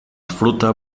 fruta